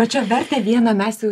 va čia vertę vieną mes jau